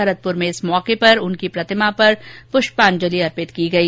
भरतपुर में इस मौके पर उनकी प्रतिमा पर पुष्पांजलि अर्पित की गई